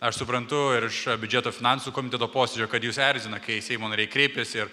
aš suprantu ir iš biudžeto finansų komiteto posėdžio kad jus erzina kai seimo nariai kreipiasi ir